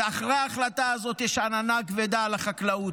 ואחרי ההחלטה הזאת יש עננה כבדה על החקלאות,